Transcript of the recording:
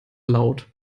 laut